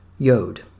Yod